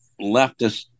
leftist